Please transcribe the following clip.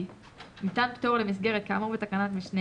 ניתן פטור למסגרת כאמור בתקנת משנה